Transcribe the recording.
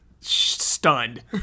stunned